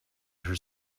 her